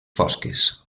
fosques